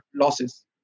losses